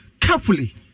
carefully